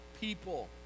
people